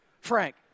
Frank